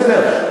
בסדר.